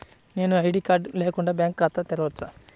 నేను ID card లేకుండా bank ఖాతా తెరవచ్చా?